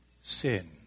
sin